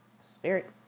Spirit